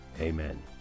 Amen